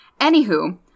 Anywho